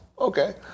Okay